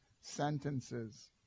sentences